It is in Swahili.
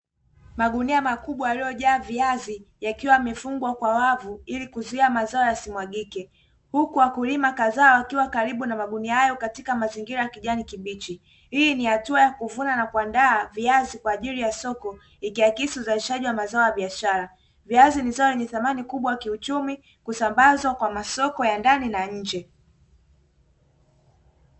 Magunia makubwa yaliyojaa viazi yakiwa yamefungwa kwa wavu kuzuia mazao yasimwagike. Huku wakulima kadhaa wakiwa karibu na magunia hayo katika kijani kibichi. Hii ni hatua ya kuvuna na kuandaa viazi kwa ajili ya soko. Ikiakisi uzalishaji wa mazao ya biashara. Viazi ni zao lenye thamani kubwa kiuchumi husambazwa kwa masoko ya ndani na nje.